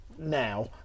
Now